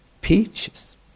peaches